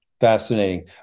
fascinating